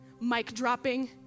mic-dropping